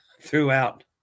throughout